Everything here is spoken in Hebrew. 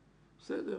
בסדר.